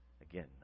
Again